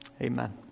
Amen